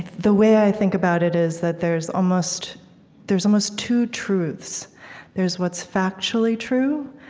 the way i think about it is that there's almost there's almost two truths there's what's factually true,